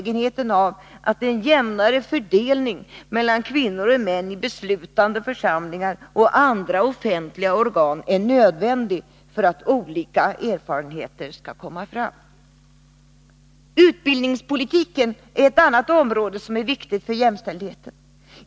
Den visar bara hur nödvändigt det är med en jämnare fördelning mellan kvinnor och män i beslutande församlingar och andra offentliga organ för att olika erfarenheter skall kunna redovisas. Utbildningspolitiken är ett annat viktigt område när det gäller jämställdheten.